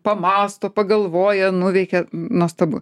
pamąsto pagalvoja nuveikia nuostabu